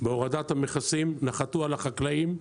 בהורדת המכסים נחתו על החקלאים,